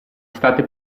state